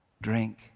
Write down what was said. drink